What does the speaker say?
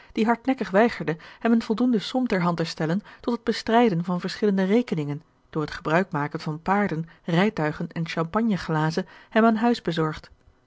die hardnekkig weigerde hem eene voldoende som ter hand te stellen tot het bestrijden van verschillende rekeningen door het gebruik maken van paarden rijtuigen en champagneglazen hem aan huis bezorgd